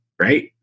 Right